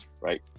right